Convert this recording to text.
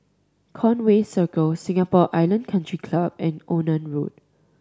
Conway Circle Singapore Island Country Club and Onan Road